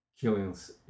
killings